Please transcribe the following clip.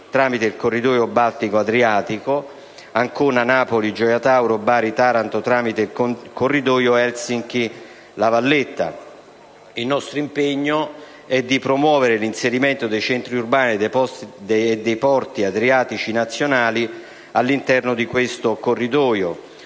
Il nostro impegno è di promuovere l'inserimento dei centri urbani dei porti adriatici nazionali all'interno di questo corridoio,